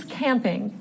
camping